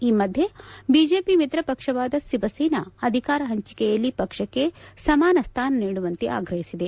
ಈ ಮಧ್ದೆ ಬಿಜೆಪಿ ಮಿತ್ರಪಕ್ಷವಾದ ಶಿವಸೇನಾ ಅಧಿಕಾರ ಹಂಚಿಕೆಯಲ್ಲಿ ಪಕ್ಷಕ್ಕೆ ಸಮಾನ ಸ್ವಾನ ನೀಡುವಂತೆ ಆಗ್ರಹಿಸಿದೆ